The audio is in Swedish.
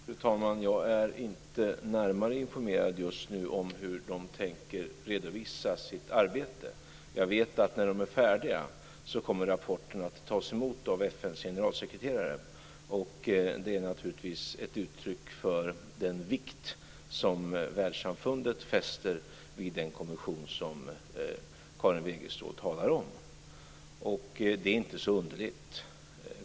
Fru talman! Jag är inte närmare informerad just nu om hur man tänker redovisa sitt arbete. Jag vet att när man är färdig så kommer rapporten att tas emot av FN:s generalsekreterare, och det är naturligtvis ett uttryck för den vikt som världssamfundet fäster vid den kommission som Karin Wegestål talar om. Det är inte så underligt.